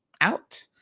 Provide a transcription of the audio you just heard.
out